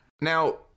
now